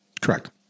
Correct